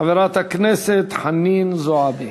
חברת הכנסת חנין זועבי.